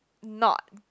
not